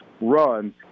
run –